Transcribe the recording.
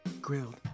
grilled